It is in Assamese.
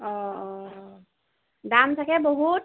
অঁ অঁ দাম চাগে বহুত